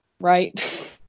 Right